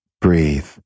Breathe